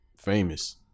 famous